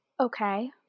Okay